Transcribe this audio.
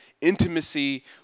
intimacy